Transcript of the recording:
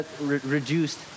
reduced